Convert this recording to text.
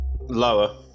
Lower